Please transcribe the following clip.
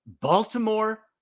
Baltimore